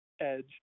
edge